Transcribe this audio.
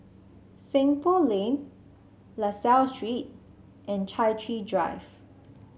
Seng Poh Lane La Salle Street and Chai Chee Drive